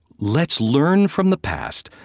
let's learn from the past.